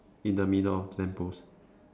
in the middle of the lamp post